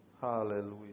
Hallelujah